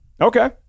Okay